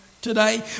today